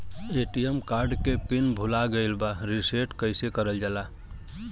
ATM card के PIN भूला गइल बा रीसेट कईसे करल जाला?